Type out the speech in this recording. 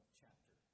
chapter